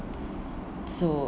so